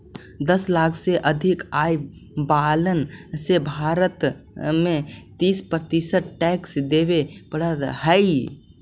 दस लाख से अधिक आय वालन के भारत में तीस प्रतिशत टैक्स देवे पड़ऽ हई